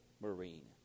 Marine